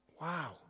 wow